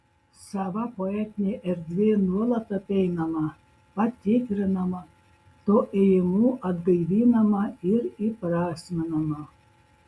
sava poetinė erdvė nuolat apeinama patikrinama tuo ėjimu atgaivinama ir įprasminama